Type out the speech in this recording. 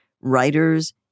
writers